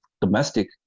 domestic